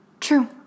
True